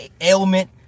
ailment